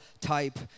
type